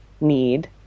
need